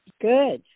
Good